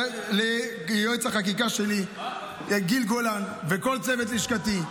ליועץ החקיקה שלי, גיל גולן, ולכל צוות לשכתי.